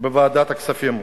בוועדת הכספים.